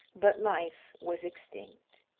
but life was extinct.